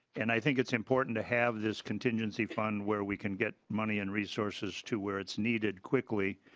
and i think it's important to have this contingency fund where we can get money and resources to where it's needed quickly.